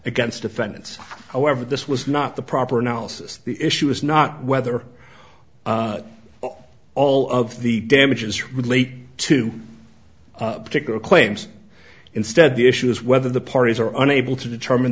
against defendants however this was not the proper analysis the issue is not whether all of the damages relate to particular claims instead the issue is whether the parties are unable to determine